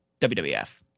WWF